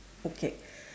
okay